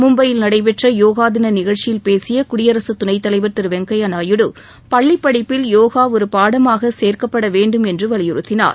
மும்பையில் நடைபெற்ற யோகா தின நிகழ்ச்சியில் பேசிய குடியரசுத் துணைத் தலைவர் திரு வெங்கையா நாயுடு பள்ளிப் படிப்பில் யோகா ஒரு பாடமாக சேர்க்கப்பட வேண்டும் என்று வலியுறுத்தினார்